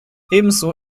ebenso